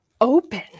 open